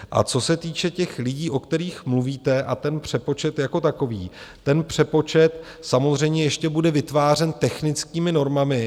A co se týče těch lidí, o kterých mluvíte, a ten přepočet jako takový, ten přepočet samozřejmě ještě bude vytvářen technickými normami.